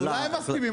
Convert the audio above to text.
מסכימים?